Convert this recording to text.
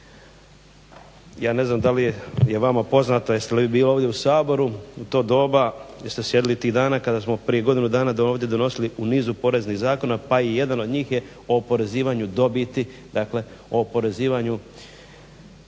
Ja ne znam da li je vama poznato, jeste li vi bili ovdje u Saboru u to doba, jeste sjedili tih dana kada smo prije godinu ovdje donosili u nizu poreznih zakona pa i jedan od njih je o oporezivanju dobiti, dakle o oporezivanju